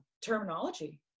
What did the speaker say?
terminology